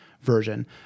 version